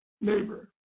neighbor